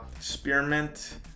spearmint